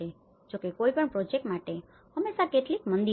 જો કે કોઈપણ પ્રોજેક્ટ માટે હંમેશાં કેટલીક મંદી હોય છે